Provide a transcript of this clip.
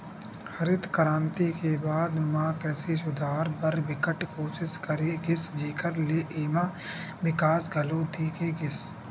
हरित करांति के बाद म कृषि सुधार बर बिकट कोसिस करे गिस जेखर ले एमा बिकास घलो देखे गिस